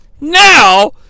Now